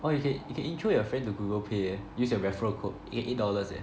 why you you can intro your friend to Google pay eh use your referral code ei~ eight dollars eh